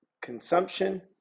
consumption